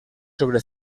sobre